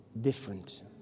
different